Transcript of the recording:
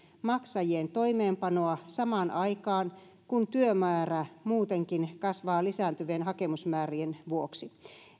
maksajien toimeenpanoa samaan aikaan kun työmäärä muutenkin kasvaa lisääntyvien hakemusmäärien vuoksi